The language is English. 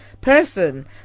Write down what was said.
person